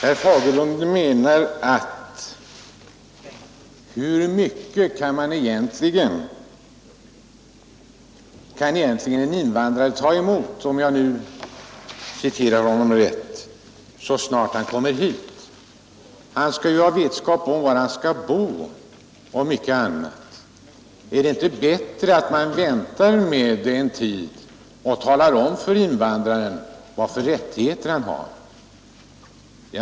Om jag förstod herr Fagerlund resonerade han så här: Hur mycket kan egentligen en invandrare ta emot genast när han kommit hit? Han skall ju ha vetskap om var han skall bo och mycket annat. Är det inte bättre att man väntar en tid med att tala om för invandraren vilka rättigheter han har?